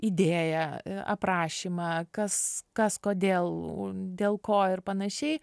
idėja aprašymą kas kas kodėl dėl ko ir panašiai